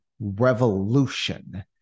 Revolution